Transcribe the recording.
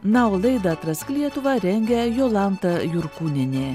na o laidą atrask lietuvą rengia jolanta jurkūnienė